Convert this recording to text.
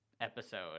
episode